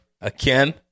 again